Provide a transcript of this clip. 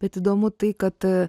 bet įdomu tai kad